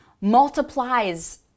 multiplies